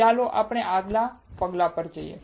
ચાલો હવે આગળના પગલા પર જઈએ